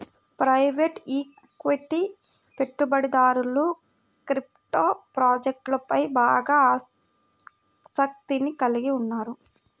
private equity పెట్టుబడిదారులు crypto ప్రాజెక్ట్లపై బాగా ఆసక్తిని కలిగి ఉన్నారు